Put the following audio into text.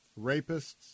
rapists